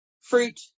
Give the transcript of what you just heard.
fruit